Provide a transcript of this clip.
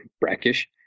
brackish